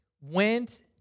went